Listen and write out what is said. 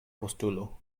postulu